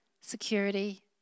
Security